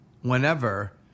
whenever